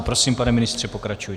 Prosím, pane ministře, pokračujte.